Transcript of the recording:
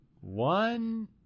One